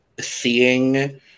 seeing